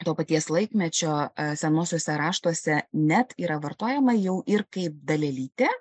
to paties laikmečio senuosiuose raštuose net yra vartojama jau ir kaip dalelytė